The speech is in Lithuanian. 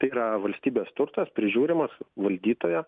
tai yra valstybės turtas prižiūrimas valdytojo